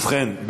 ובכן,